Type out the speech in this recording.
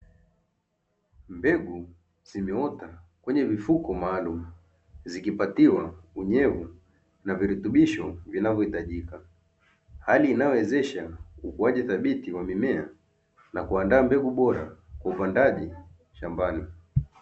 Mbegu zimeota kwenye mifuko maalumu, zikipatiwa unyevu na virutubisho vinavyohitajika, hali inayowezesha ukuaji thabiti kwa mimea na kuandaa mbegu bora kwa upandaji shambani.